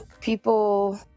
people